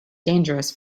dangerous